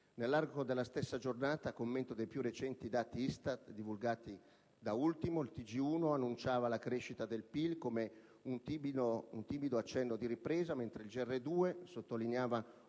Nell'arco della stessa giornata, a commento dei più recenti dati ISTAT divulgati da ultimo, il TG1 annunciava la crescita del PIL come un timido accenno di ripresa, mentre il GR2 sottolineava un